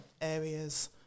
areas